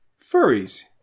furries